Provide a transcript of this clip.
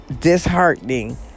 disheartening